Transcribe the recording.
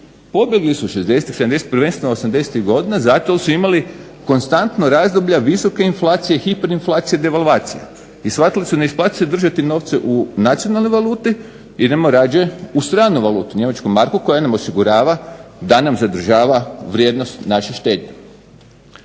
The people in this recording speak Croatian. prvenstveno osamdesetih godina zato jer su imali konstantno razdoblja visoke inflacije, hiperinflacije, devalvacije i shvatili su da se ne isplati držati novce u nacionalnoj valuti idemo rađe u stranu valutu njemačku marku koja nam osigurava da nam zadržava vrijednost naše štednje.